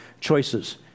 choices